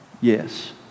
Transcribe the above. Yes